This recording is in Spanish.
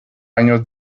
años